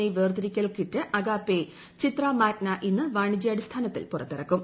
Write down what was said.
A വേർതിർട്ക്ക്ൽ kit Agappe Chitra Magna ഇന്ന് വാണിജ്യാടിസ്ഥാനത്തിൽ പുറത്തിറക്കും